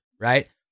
Right